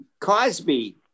cosby